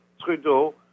Trudeau